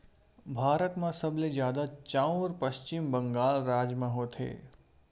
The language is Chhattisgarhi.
भारत म सबले जादा चाँउर पस्चिम बंगाल राज म होथे